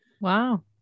wow